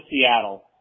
Seattle